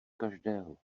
každého